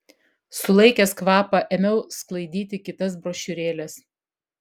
sulaikęs kvapą ėmiau sklaidyti kitas brošiūrėles